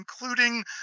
including